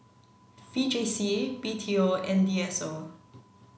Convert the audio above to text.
V J C B T O and D S O